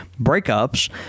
breakups